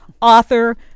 author